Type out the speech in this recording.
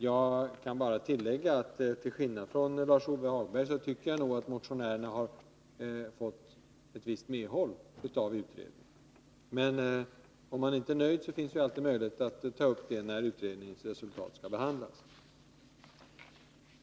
Jag kan bara tillägga att till skillnad från Lars-Ove Hagberg tycker jag att motionärerna har fått ett visst medhåll av utredningen. Men om man inte är nöjd finns ju alltid möjligheten att återkomma när utredningsresultatet skall behandlas.